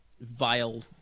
vile